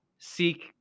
Seek